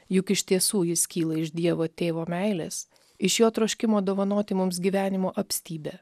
juk iš tiesų jis kyla iš dievo tėvo meilės iš jo troškimo dovanoti mums gyvenimo apstybę